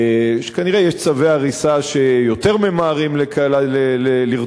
וכנראה יש צווי הריסה שיותר ממהרים לרצות